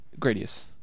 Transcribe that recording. Gradius